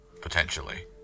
potentially